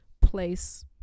place